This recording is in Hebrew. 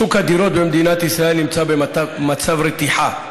שוק הדירות במדינת ישראל נמצא במצב רתיחה.